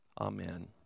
Amen